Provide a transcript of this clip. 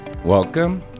Welcome